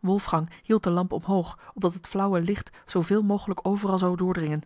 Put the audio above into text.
wolfgang hield de lamp omhoog opdat het flauwe licht zooveel mogelijk overal zou doordringen